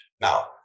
now